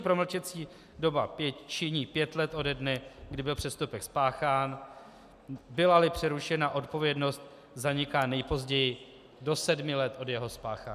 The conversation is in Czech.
Proč promlčecí doba činí pět let ode dne, kdy byl přestupek spáchán, bylali přerušena odpovědnost, zaniká nejpozději do sedmi let od jeho spáchání.